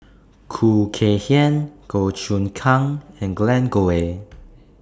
Khoo Kay Hian Goh Choon Kang and Glen Goei